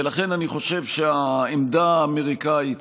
ולכן אני חושב שהעמדה האמריקאית